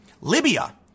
Libya